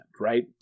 right